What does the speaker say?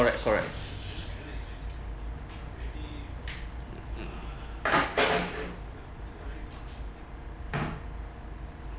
correct correct